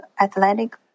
Atlantic